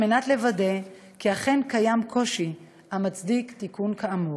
על מנת לוודא שאכן קיים קושי המצדיק תיקון כאמור.